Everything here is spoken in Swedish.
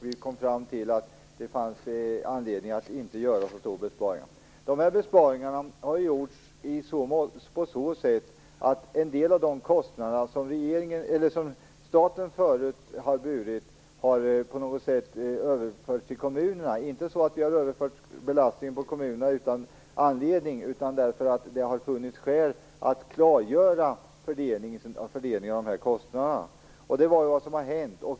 Vi kom fram till att det fanns anledning att inte göra så stora besparingar. Besparingarna har gjorts på så sätt att en del av de kostnader som staten förut har burit har överförts till kommunerna. Det är inte så att vi har överfört belastningen på kommunerna utan anledning, utan det beror på att det har funnits skäl att klargöra fördelningen av kostnaderna. Det är vad som har hänt.